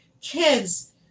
kids